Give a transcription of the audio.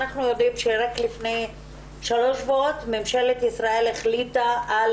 אנחנו יודעים שרק לפני שלושה שבועות ממשלת ישראל החליטה על